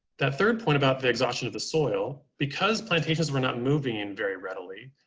that third point about the exhaustion of the soil, because plantations were not moving in very readily,